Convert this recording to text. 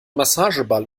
massageball